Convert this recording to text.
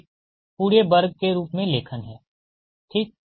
तो एक पूरे वर्ग के रूप में लेखन है ठीक